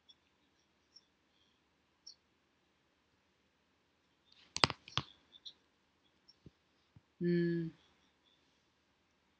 mm